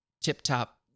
tip-top